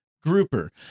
grouper